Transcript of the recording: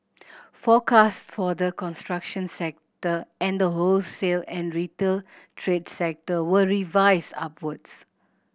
forecast for the construction sector and the wholesale and retail trade sector were revised upwards